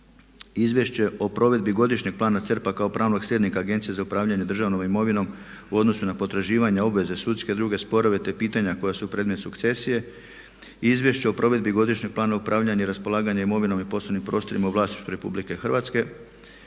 Izvješće o provedbi Godišnjeg plana CERP-a kao pravnog slijednika Agencije za upravljanje državnom imovinom u odnosu na potraživanja, obveze, sudske i druge sporove te pitanja koja su predmet sukcesije, Izvješće o provedbi Godišnjeg plana upravljanja i raspolaganja imovinom i poslovnim prostorima u vlasništvu Republike Hrvatske,